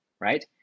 right